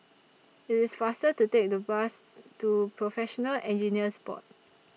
IT IS faster to Take The Bus to Professional Engineers Board